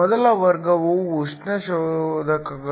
ಮೊದಲ ವರ್ಗವು ಉಷ್ಣ ಶೋಧಕಗಳು